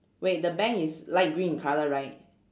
wait the bank is light green in colour right